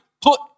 put